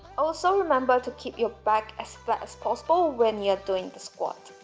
also, remember to keep your back as flat as possible when you're doing the squat